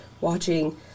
watching